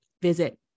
visit